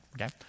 okay